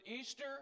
Easter